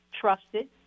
trusted